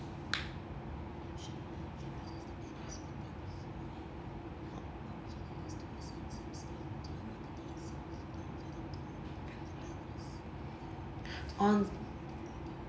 on